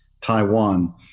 Taiwan